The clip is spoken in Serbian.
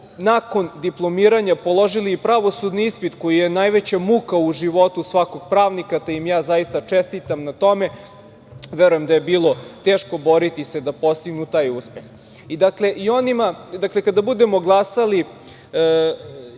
nakon diplomiranja položili i pravosudni ispit, koji je najveća muka u životu svakog pravnika, te im ja zaista čestitam na tome. Verujem da je bilo teško boriti se da postignu taj uspeh. Dakle, kada budemo glasali,